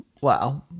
wow